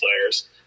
players